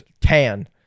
tan